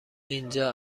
اینجا